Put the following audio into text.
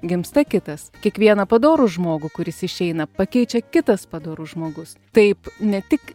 gimsta kitas kiekvieną padorų žmogų kuris išeina pakeičia kitas padorus žmogus taip ne tik